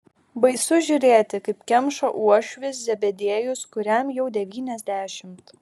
baisu žiūrėti kaip kemša uošvis zebediejus kuriam jau devyniasdešimt